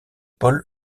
paul